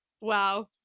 Wow